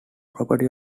property